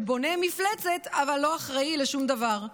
שבונה מפלצת אבל לא אחראי לשום דבר,